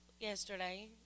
yesterday